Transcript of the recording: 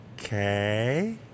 Okay